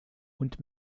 und